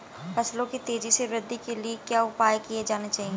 फसलों की तेज़ी से वृद्धि के लिए क्या उपाय किए जाने चाहिए?